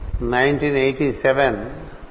1987